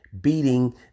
beating